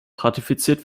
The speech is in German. ratifiziert